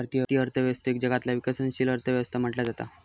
भारतीय अर्थव्यवस्थेक जगातला विकसनशील अर्थ व्यवस्था म्हटला जाता